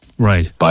Right